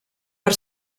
per